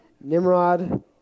Nimrod